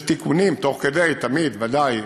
יש תיקונים תוך כדי, תמיד, ודאי.